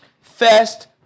First